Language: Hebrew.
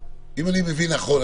אני מבין נכון,